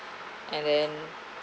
and then